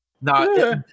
No